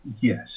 Yes